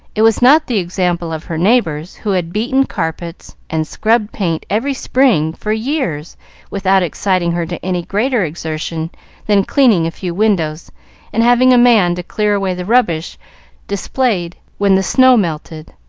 it was not the example of her neighbors, who had beaten carpets and scrubbed paint every spring for years without exciting her to any greater exertion than cleaning a few windows and having a man to clear away the rubbish displayed when the snow melted.